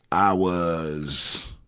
i was,